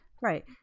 Right